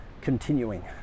continuing